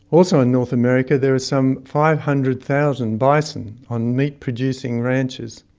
also in north america there are some five hundred thousand bison on meat producing ranches.